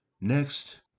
Next